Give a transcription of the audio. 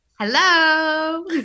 Hello